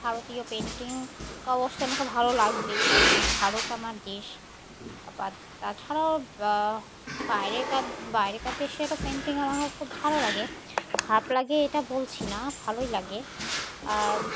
ভারতীয় পেন্টিং তো অবশ্যই আমাকে ভালো লাগবেই কারণ ভারত আমার দেশ বা তাছাড়াও বাইরেকার বাইরেকার দেশেরও পেন্টিং আমাকে খুব ভালো লাগে খারাপ লাগে এটা বলছি না ভালোই লাগে আর